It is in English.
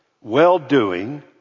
well-doing